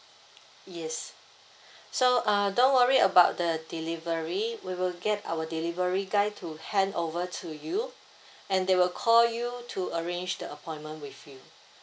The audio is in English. yes so uh don't worry about the delivery we will get our delivery guy to hand over to you and they will call you to arrange the appointment with you